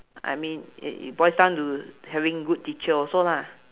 I mean it it boils down to having good teacher also lah